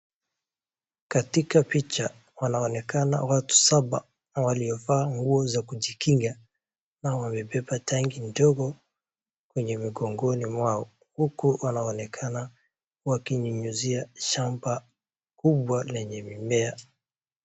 Katika picha wanaonekana watu saba waliovaa nguo ya kujikinga, na wamebeba tangi ndogo kwenye mgongoni mwao. Huku wanaonekana wakinyunyizia shamba kubwa lenye mimea.